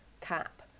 CAP